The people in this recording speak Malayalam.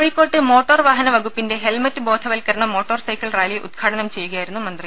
കോഴി ക്കോട്ട് മോട്ടോർവാഹന വകുപ്പിന്റെ ഹെൽമറ്റ് ബോധ വത്ക്കരണ മോട്ടോർ സൈക്കിൾ റാലി ഉദ്ഘാടനം ചെയ്യുകയായിരുന്നു മന്ത്രി